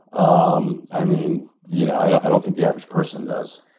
um i mean, you know i don't i don't think the average person does.